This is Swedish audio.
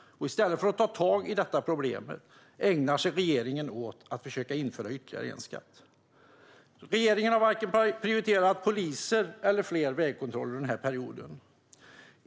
I stället för att ta tag i detta problem ägnar sig regeringen åt att försöka införa ytterligare en skatt. Regeringen har inte prioriterat vare sig poliser eller fler vägkontroller under denna period.